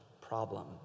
problem